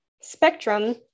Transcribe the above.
spectrum